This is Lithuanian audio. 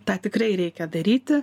tą tikrai reikia daryti